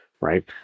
Right